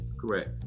Correct